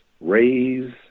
raise